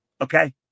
Okay